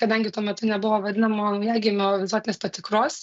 kadangi tuo metu nebuvo vadinamo naujagimio visuotinės patikros